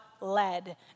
led